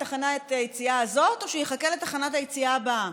תחנה היציאה הזאת או שיחכה לתחנת היציאה הבאה,